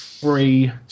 free